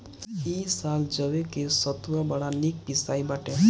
इ साल जवे के सतुआ बड़ा निक पिसाइल बाटे